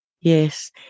Yes